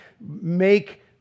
make